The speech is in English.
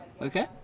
Okay